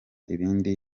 ibindi